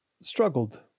struggled